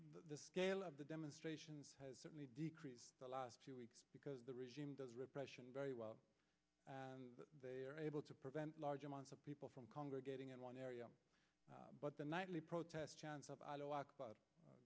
the scale of the demonstrations has certainly decreased the last two weeks because the regime does repression very well and they are able to prevent large amounts of people from congregating in but the nightly protest chants of